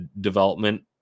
development